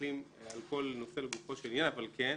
מסתכלים על כל נושא לגופו של עניין אבל צריך